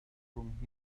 rhwng